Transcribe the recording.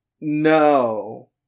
No